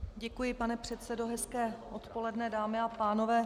Děkuji, pane předsedo, hezké odpoledne, dámy a pánové.